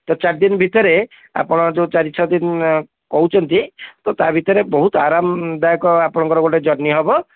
ତ ଚାରି ଦିନ ଭିତରେ ଆପଣ ଯେଉଁ ଚାରି ଛଅ ଦିନ କହୁଛନ୍ତି ତ ତା ଭିତରେ ବହୁତ ଆରାମଦାୟକ ଆପଣଙ୍କର ଗୋଟେ ଜର୍ଣ୍ଣି ହେବ ଆଉ